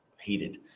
Heated